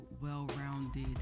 well-rounded